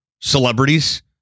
celebrities